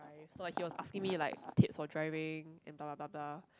so like he was asking me like tips for driving and blah blah blah blah